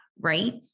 right